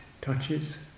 touches